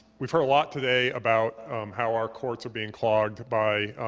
we've heard a lot today about how our courts are being clogged by